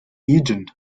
egan